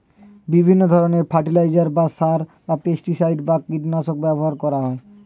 বিভিন্ন ধরণের ফার্টিলাইজার বা সার, পেস্টিসাইড বা কীটনাশক ব্যবহার করা হয়